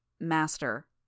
Master